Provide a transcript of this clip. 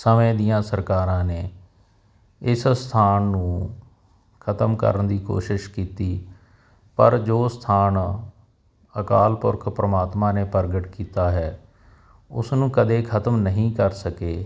ਸਮੇਂ ਦੀਆਂ ਸਰਕਾਰਾਂ ਨੇ ਇਸ ਅਸਥਾਨ ਨੂੰ ਖਤਮ ਕਰਨ ਦੀ ਕੋਸ਼ਿਸ਼ ਕੀਤੀ ਪਰ ਜੋ ਸਥਾਨ ਅਕਾਲ ਪੁਰਖ ਪਰਮਾਤਮਾ ਨੇ ਪ੍ਰਗਟ ਕੀਤਾ ਹੈ ਉਸਨੂੰ ਕਦੇ ਖਤਮ ਨਹੀਂ ਕਰ ਸਕੇ